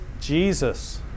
Jesus